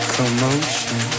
Commotion